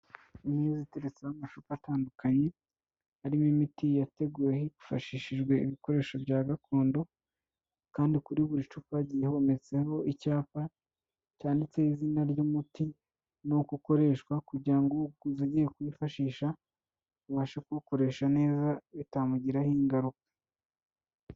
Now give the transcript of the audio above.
Ameza ateretseho amacupa atandukanye, arimo imiti yateguwe hifashishijwe ibikoresho bya gakondo, kandi kuri buri cupa hagiye hometseho icyapa cyanditse izina ry'umuti n'uko ukoreshwa, kugira ngo uwuguze agiye kuwifashisha, abashe kuwukoresha neza bitamugiraho ingaruka.